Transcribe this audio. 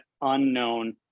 unknown